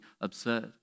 absurd